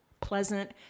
pleasant